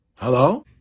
hello